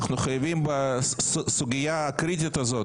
אנחנו חייבים בסוגיה הקריטית הזאת,